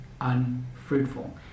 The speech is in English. unfruitful